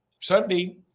Sunday